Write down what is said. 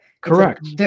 Correct